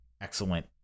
excellent